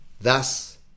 thus